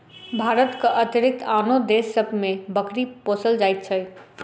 भारतक अतिरिक्त आनो देश सभ मे बकरी पोसल जाइत छै